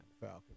Falcon